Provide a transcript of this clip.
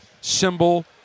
symbol